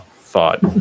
thought